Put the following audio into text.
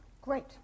Great